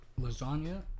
lasagna